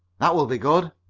that will be good.